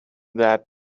that